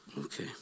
Okay